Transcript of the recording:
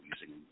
using